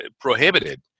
prohibited